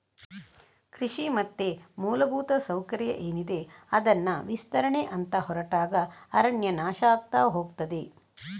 ಕೃಷಿ ಮತ್ತೆ ಮೂಲಭೂತ ಸೌಕರ್ಯ ಏನಿದೆ ಅದನ್ನ ವಿಸ್ತರಣೆ ಅಂತ ಹೊರಟಾಗ ಅರಣ್ಯ ನಾಶ ಆಗ್ತಾ ಹೋಗ್ತದೆ